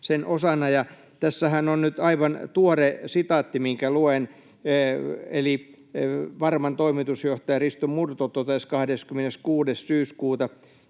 sen osana. Tässähän on nyt aivan tuore sitaatti, minkä luen, eli Varman toimitusjohtaja Risto Murto